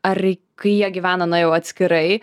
ar kai jie gyvena na jau atskirai